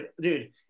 Dude